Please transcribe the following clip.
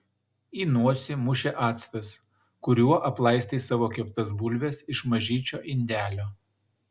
į nosį mušė actas kuriuo aplaistai savo keptas bulves iš mažyčio indelio